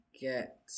get